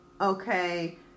okay